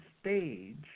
stage